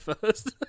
first